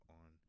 on